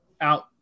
out